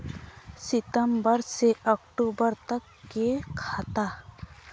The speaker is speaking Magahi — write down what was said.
सितम्बर से अक्टूबर तक के खाता?